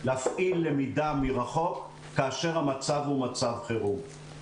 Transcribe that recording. להפעיל למידה מרחוק כאשר המצב הוא מצב חרום?